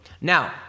Now